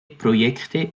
projekte